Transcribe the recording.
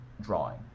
drawing